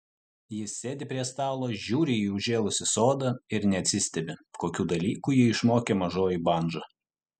jis sėdi prie stalo žiūri į užžėlusį sodą ir neatsistebi kokių dalykų jį išmokė mažoji bandža